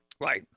Right